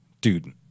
Dude